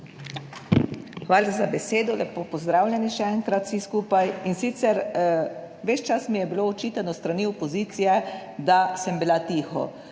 Hvala za besedo. Lepo pozdravljeni, še enkrat vsi skupaj. In sicer, ves čas mi je bilo očitano s strani opozicije, da sem bila tiho.